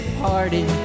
party